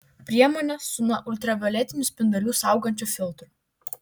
priemonės su nuo ultravioletinių spindulių saugančiu filtru